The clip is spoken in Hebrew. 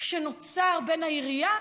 שנוצר בין העירייה